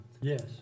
Yes